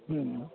हम्म